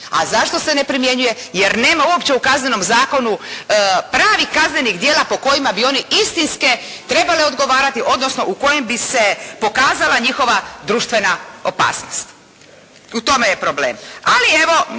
A zašto se ne primjenjuje? Jer nema uopće u Kaznenom zakonu pravih kaznenih djela po kojima bi oni istinske trebale odgovarati odnosno u kojem bi se pokazala njihova društvena opasnost. I u tome je problem.